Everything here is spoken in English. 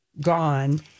gone